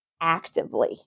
actively